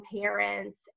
parents